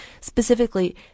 Specifically